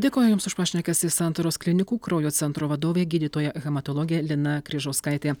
dėkoju jums už pašnekesį santaros klinikų kraujo centro vadovė gydytoja hematologė lina kryžauskaitė